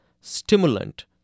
stimulant